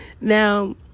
Now